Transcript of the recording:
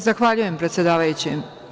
Zahvaljujem, predsedavajući.